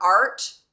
art